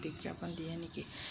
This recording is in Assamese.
বিজ্ঞাপন দিয়ে নেকি